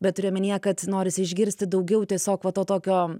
bet turiu omenyje kad norisi išgirsti daugiau tiesiog va to tokio